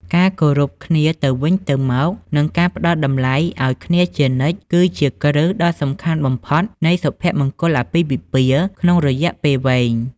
ការគោរពគ្នាទៅវិញទៅមក និងការផ្ដល់តម្លៃឱ្យគ្នាជានិច្ច គឺជាគ្រឹះដ៏សំខាន់បំផុតនៃសុភមង្គលអាពាហ៍ពិពាហ៍ក្នុងរយៈពេលវែង។